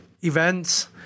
events